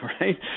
right